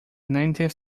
nineteenth